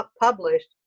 published